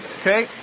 Okay